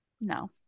no